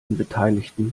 beteiligte